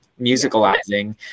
musicalizing